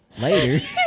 Later